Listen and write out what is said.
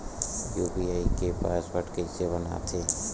UPI के password कइसे बनाथे?